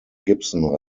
gibson